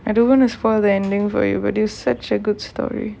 I don't want to spoil the ending for you but it's such a good story